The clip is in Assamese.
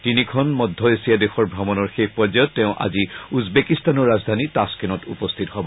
তিনিখন মধ্য এছিয়া দেশৰ ভ্ৰমণৰ শেষ পৰ্যায়ত তেওঁ আজি উজবেকিস্তানৰ ৰাজধানী তাস্ক্নেত উপস্থিত হ'ব